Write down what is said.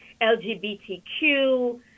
LGBTQ